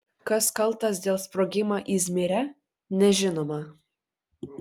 kas kaltas dėl sprogimą izmyre nežinoma